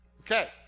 Okay